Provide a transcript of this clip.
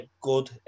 good